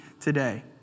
today